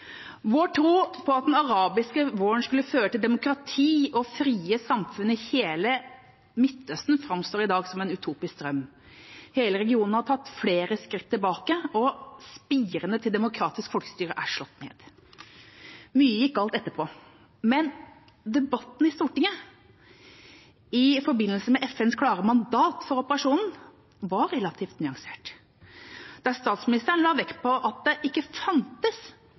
Vår tro på at den arabiske våren skulle føre til demokrati og frie samfunn i hele Midtøsten, framstår i dag som en utopisk drøm. Hele regionen har tatt flere skritt tilbake, og spirene til demokratisk folkestyre er slått ned. Mye gikk galt etterpå. Men debatten i Stortinget i forbindelse med FNs klare mandat for operasjonen var relativt nyansert. Statsministeren la vekt på at det ikke fantes